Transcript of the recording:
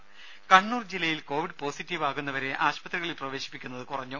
രുമ കണ്ണൂർ ജില്ലയിൽ covid positive ആകുന്നവരെ ആശുപത്രികളിൽ പ്രവേശിപ്പിക്കുന്നത് കുറഞ്ഞു